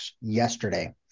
yesterday